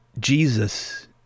Jesus